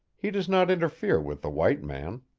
he does not interfere with the white man.